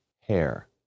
hair